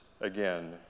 again